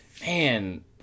man